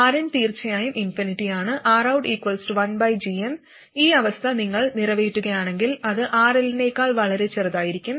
Rin തീർച്ചയായും infinity ആണ് Rout 1gm ഈ അവസ്ഥ നിങ്ങൾ നിറവേറ്റുകയാണെങ്കിൽ അത് RL നേക്കാൾ വളരെ ചെറുതായിരിക്കും